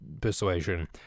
persuasion